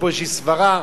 יש פה איזו סברה,